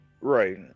Right